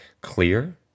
Clear